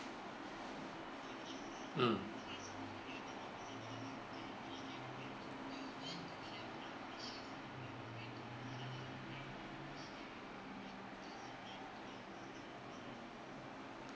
mm